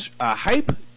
hype